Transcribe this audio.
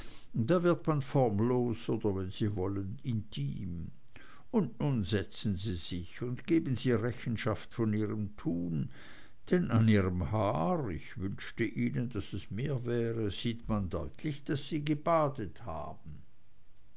da wird man formlos oder wenn sie wollen intim und nun setzen sie sich und geben sie rechenschaft von ihrem tun denn an ihrem haar ich wünschte ihnen daß es mehr wäre sieht man deutlich daß sie gebadet haben